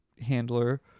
handler